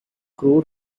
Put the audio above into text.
crew